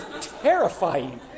terrifying